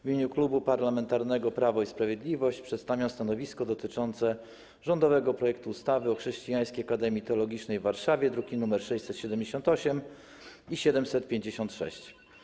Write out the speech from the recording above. W imieniu Klubu Parlamentarnego Prawo i Sprawiedliwość przedstawiam stanowisko dotyczące rządowego projektu ustawy o zmianie ustawy o Chrześcijańskiej Akademii Teologicznej w Warszawie, druki nr 678 i 756.